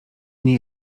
nie